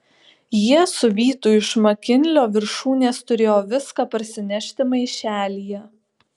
jie su vytu iš makinlio viršūnės turėjo viską parsinešti maišelyje